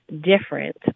different